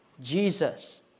Jesus